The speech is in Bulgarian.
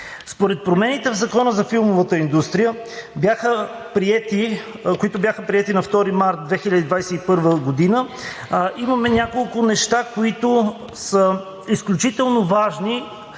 Според промените в Закона за филмовата индустрия, които бяха приети на 2 март 2021 г., имаме няколко неща, които са изключително важни,